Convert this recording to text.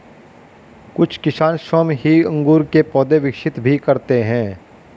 कुछ किसान स्वयं ही अंगूर के पौधे विकसित भी करते हैं